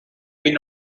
been